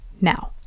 Now